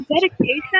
dedication